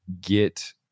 get